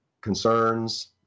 concerns